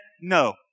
no